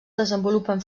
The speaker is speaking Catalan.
desenvolupen